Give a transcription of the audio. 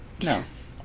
Yes